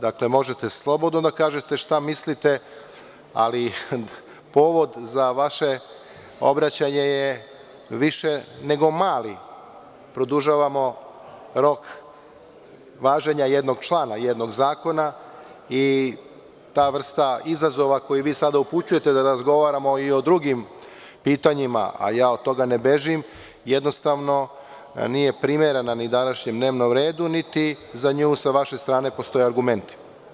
Dakle, možete slobodno da kažete šta mislite ali povod za vaše obraćanje je više nego mali, produžavamo rok važenja jednog člana, jednog zakona, i ta vrsta izazova koji vi sada upućujete da razgovaramo i o drugim pitanjima, a od toga ne bežim, jednostavno nije primerena ni današnjem dnevnom redu, niti za nju sa vaše strane postoje argumenti.